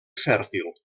fèrtil